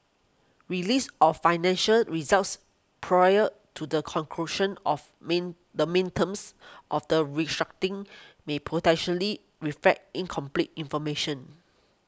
release of financial results prior to the conclusion of main the main terms of the restructuring may potentially reflect incomplete information